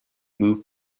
moved